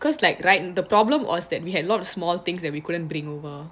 cause like right the problem was that we had a lot of small things we couldn't bring over